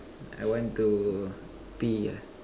I want to pee ah